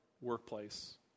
workplace